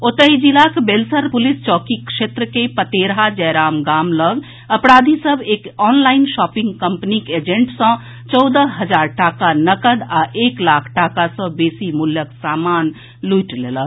ओतहि जिलाक बेलसर प्रलिस चौकी क्षेत्र के पतेढ़ा जयराम गाम लऽग अपराधी सभ एक ऑनलाईन शॉपिंग कम्पनीक एजेंट सँ चौदह हजार टाका नकद आ एक लाख टाका सँ बेसी मूल्य सामान लूटि लेलक